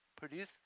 produce